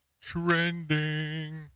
trending